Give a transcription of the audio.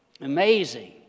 Amazing